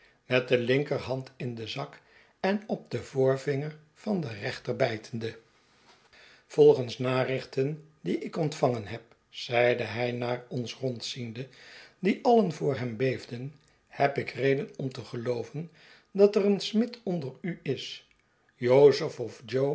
met de linkerhand in den zak en op den voorvinger van de rechter bljtende volgens narichten die ik ontvangen heb zeide hij naar ons rondziende die alien voor hem beefden heb ik reden om te geiooven dat er een smid onder u is jozef of jo